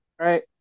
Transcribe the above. right